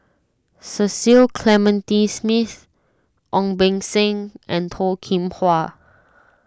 Cecil Clementi Smith Ong Beng Seng and Toh Kim Hwa